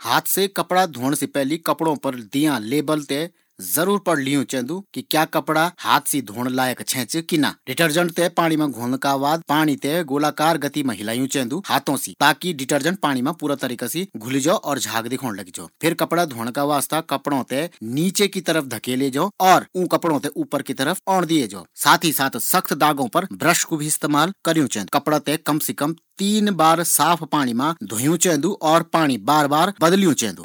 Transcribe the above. हाथ से कपड़ा धोंण से पैली कपड़ा पर लगयाँ लेबल थें जरूर पढ़ लियूँ चैन्दु। क्या कपड़ा हाथ से धोंण लैक छैं च कि ना? डिटर्जेंट थें पाणी मा घोलणा का बाद पाणी थें गोलाकार गति मा हिलायूँ चैन्दु। ताकी डिटर्जेंट पाणी मा अच्छा तरीका से घुलिक थें झाग बणे सको। वाँका बाद कपड़ों थें धोंण का वास्ता कपड़ों थें येमा घोल मा नीस की तरफ धकेलियूँ चैन्दु। और फिर ऊँ कपड़ों थें ऊपर की तरफ औण दिए जौ। साथ ही सख्त दाग पर ब्रश कू इस्तेमाल भी करियूँ चैन्दु। कपड़ों थें कम से कम तीन बार पाणी मा छलना चैन्दु और हर बार पाणी थें बदलियूँ चैन्दु।